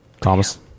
Thomas